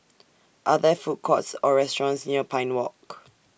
Are There Food Courts Or restaurants near Pine Walk